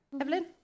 Evelyn